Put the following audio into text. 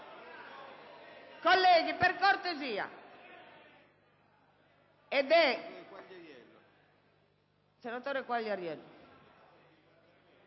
Colleghi, per cortesia.